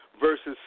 Versus